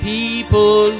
People